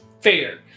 Fair